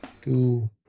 two